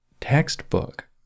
textbook